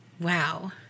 Wow